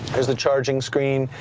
there's the charging screen.